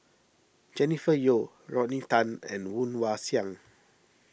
Jennifer Yeo Rodney Tan and Woon Wah Siang